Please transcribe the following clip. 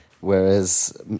whereas